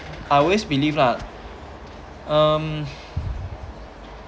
I always believe lah um